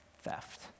theft